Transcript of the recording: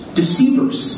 deceivers